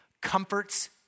comforts